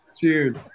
Cheers